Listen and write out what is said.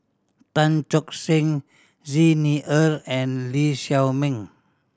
Tan Tock Seng Xi Ni Er and Lee Shao Meng